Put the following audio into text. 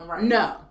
No